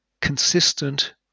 consistent